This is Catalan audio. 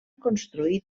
construir